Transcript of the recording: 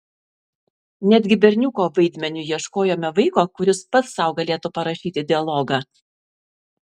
netgi berniuko vaidmeniui ieškojome vaiko kuris pats sau galėtų parašyti dialogą